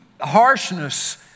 harshness